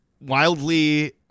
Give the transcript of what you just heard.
wildly